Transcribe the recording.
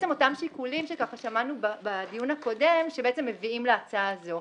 אותם שיקולים ששמענו בדיון הקודם שמביאים להצעה הזאת.